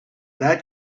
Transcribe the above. that